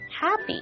happy